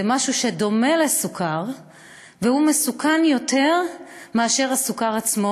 זה משהו שדומה לסוכר והוא מסוכן יותר מאשר הסוכר עצמו,